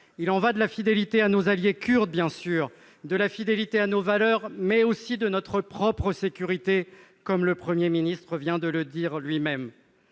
Il y va de la fidélité à nos alliés kurdes, bien évidemment, et à nos valeurs, mais aussi de notre propre sécurité, comme le Premier ministre l'a lui-même